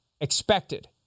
expected